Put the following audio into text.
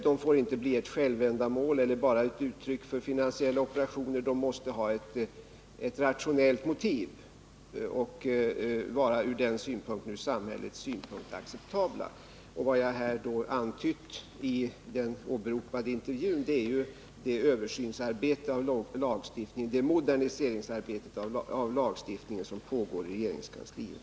De får inte bli ett självändamål eller bara ett uttryck för finansiella operationer, utan de måste ha ett rationellt motiv och även vara ur samhällets synpunkt acceptabla. Vad jag antytt i den åberopade intervjun är det arbete med modernisering av lagstiftningen som pågår i regeringskansliet.